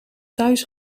thuis